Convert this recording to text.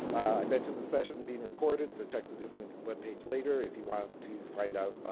i mentioned this session being recorded so check the dissonance web page later, if you want to find out,